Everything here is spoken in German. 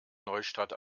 neustadt